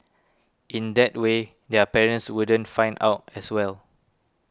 in that way their parents wouldn't find out as well